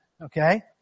Okay